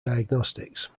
diagnostics